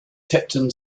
tipton